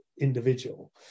individual